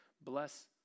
Bless